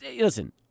Listen